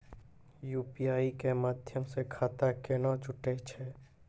UPI के माध्यम से खाता केना जुटैय छै?